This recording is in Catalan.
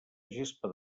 gespa